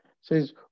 says